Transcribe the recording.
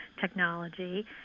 technology